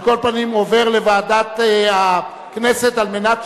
אין מתנגדים, אין נמנעים.